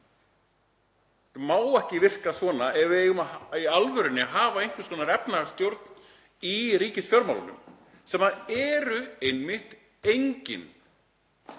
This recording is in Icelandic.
Það má ekki virka svona ef við eigum í alvörunni að hafa einhvers konar efnahagsstjórn í ríkisfjármálunum, sem er einmitt engin.